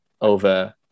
over